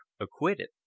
acquitted